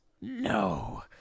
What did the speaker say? No